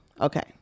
okay